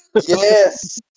Yes